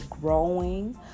growing